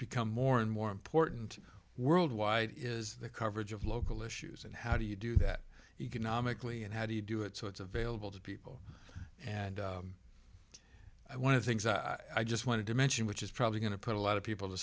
become more and more important worldwide is the coverage of local issues and how do you do that economically and how do you do it so it's available to people and one of the things i just wanted to mention which is probably going to put a lot of people to